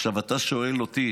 עכשיו אתה שואל אותי